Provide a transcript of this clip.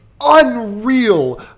unreal